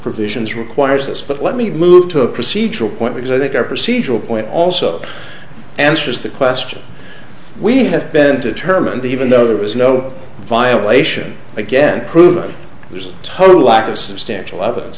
provisions requires this but let me move to a procedural point because i think our procedural point also answers the question we have been determined the even though there was no violation again proved it was total lack of substantial evidence